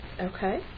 okay